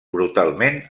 brutalment